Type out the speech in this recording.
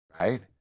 right